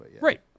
Right